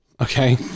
Okay